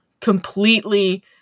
completely